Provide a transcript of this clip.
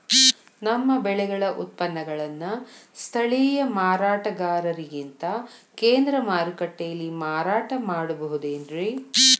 ನಮ್ಮ ಬೆಳೆಗಳ ಉತ್ಪನ್ನಗಳನ್ನ ಸ್ಥಳೇಯ ಮಾರಾಟಗಾರರಿಗಿಂತ ಕೇಂದ್ರ ಮಾರುಕಟ್ಟೆಯಲ್ಲಿ ಮಾರಾಟ ಮಾಡಬಹುದೇನ್ರಿ?